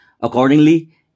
Accordingly